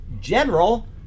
general